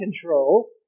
control